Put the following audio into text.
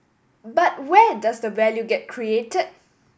but where does the value get create